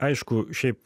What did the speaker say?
aišku šiaip